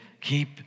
keep